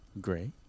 Gray